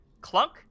Clunk